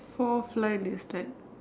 forth line is that